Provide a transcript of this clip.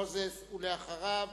זה יהודי שיודע מה זה מנחה.